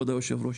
כבוד היושב-ראש.